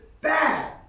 bad